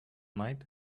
night